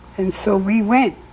and so we went,